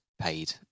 paid